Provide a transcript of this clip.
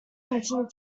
continued